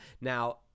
Now